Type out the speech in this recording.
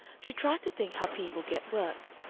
she tried to think how people get work.